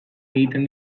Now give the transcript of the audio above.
egiten